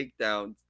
takedowns